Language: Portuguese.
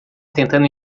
tentando